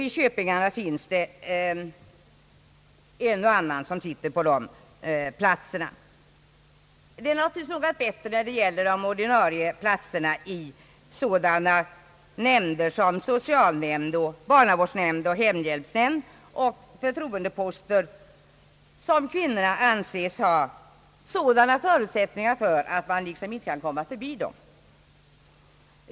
I köpingarna sitter en och annan kvinna på motsvarande platser. Det är naturligtvis något bättre när det gäller de ordinarie platserna i sådana nämnder som socialnämnd, barnavårdsnämnd och hemhjälpsnämnd; förtroendeposter som kvinnorna anses ha sådana förutsättningar för, att man liksom inte kan komma förbi dem.